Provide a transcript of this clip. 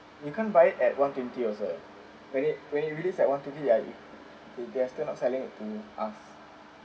you can't buy at one twenty also like when it when it released at one twenty I you better not selling to us